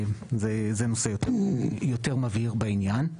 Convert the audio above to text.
זה יותר מבהיר בעניין.